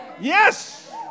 Yes